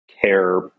care